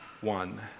one